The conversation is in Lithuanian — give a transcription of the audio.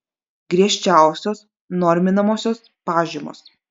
griežčiausios norminamosios pažymos